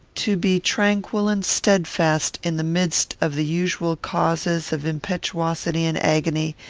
to be tranquil and steadfast, in the midst of the usual causes of impetuosity and agony,